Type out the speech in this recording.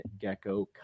gecko